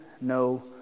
no